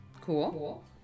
Cool